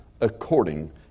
according